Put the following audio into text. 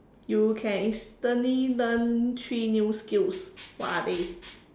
you can instantly learn three new skills what are they